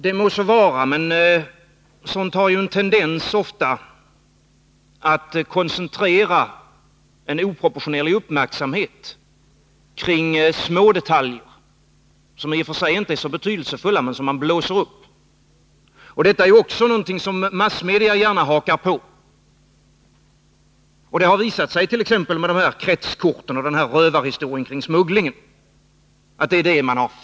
Det må så vara, men sådant har ofta en tendens att koncentrera en oproportionerlig uppmärksamhet kring små och i och för sig inte särskilt betydelsefulla detaljer, vilka blåses upp. Sådana detaljer hakar också gärna massmedia på. Man har exempelvis fixerat sig vid kretskorten och rövarhistorien kring smugglingen.